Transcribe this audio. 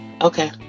Okay